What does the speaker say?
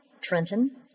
Trenton